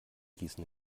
gießen